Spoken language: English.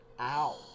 Ow